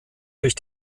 durch